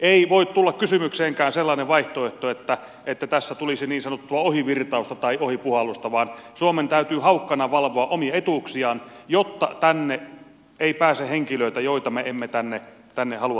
ei voi tulla kysymykseenkään sellainen vaihtoehto että tässä tulisi niin sanottua ohivirtausta tai ohipuhallusta vaan suomen täytyy haukkana valvoa omia etuuksiaan jotta tänne ei pääse henkilöitä joita me emme tänne halua tulevan